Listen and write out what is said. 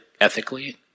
ethically